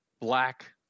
Black